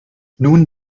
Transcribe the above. nun